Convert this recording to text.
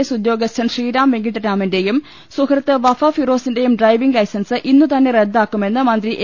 S ഉദ്യോഗസ്ഥൻ ശ്രീറാം വെങ്കിട്ടരാമന്റെയും സുഹൃത്ത് വഫ ഫിറോസിന്റെയും ഡ്രൈവിംഗ് ലൈസൻസ് ഇന്നുതന്നെ റദ്ദാക്കുമെന്ന് മന്ത്രി എ